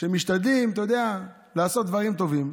שמשתדלים, אתה יודע, לעשות דברים טובים.